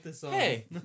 Hey